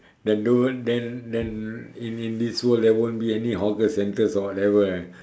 then the world then then in in this world there won't be any hawker centres or whatever ah